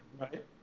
Right